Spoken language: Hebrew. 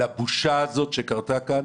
לבושה הזאת שקרתה כאן.